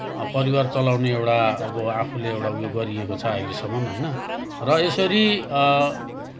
परिवार चलाउने एउटा अब आफूले एउटा उयो गरिएको छ अहिलेसम्म होइन र यसरी